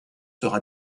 sera